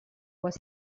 was